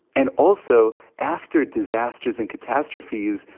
and also, after disasters and catastrophes,